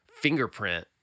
fingerprint